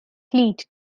fleet